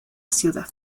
ciudad